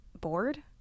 bored